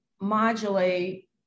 modulate